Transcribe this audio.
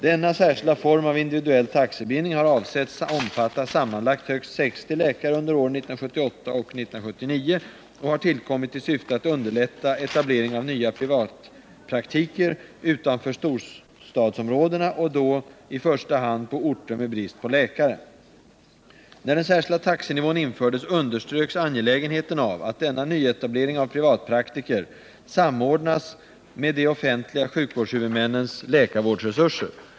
Denna särskilda form av individuell taxebindning har avsetts omfatta sammanlagt högst 60 läkare under åren 1978 och 1979 och har tillkommit i syfte att underlätta etablering av nya privatpraktiker utanför storstadsområdena och då i första hand på orter med brist på läkare. När den särskilda taxenivån infördes underströks angelägenheten av att denna nyetablering av privatpraktiker samordnas med de offentliga sjukvårdshuvudmännens läkarvårdsresurser.